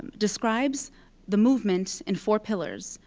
describes the movement in four pillars.